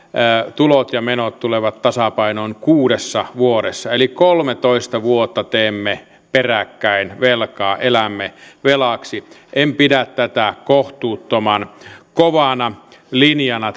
tulot ja menot tulevat tasapainoon kuudessa vuodessa eli kolmetoista vuotta teemme peräkkäin velkaa elämme velaksi en pidä tätä aikataulua kohtuuttoman kovana linjana